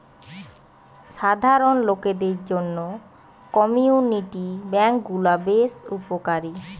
সাধারণ লোকদের জন্য কমিউনিটি বেঙ্ক গুলা বেশ উপকারী